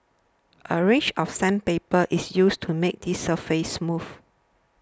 a range of sandpaper is used to make the surface smooth